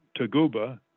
Taguba